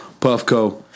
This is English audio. Puffco